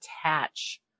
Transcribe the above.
attach